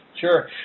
Sure